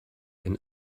and